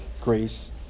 grace